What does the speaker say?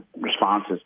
responses